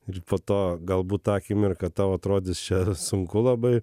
ir po to galbūt tą akimirką tau atrodys čia sunku labai